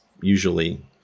usually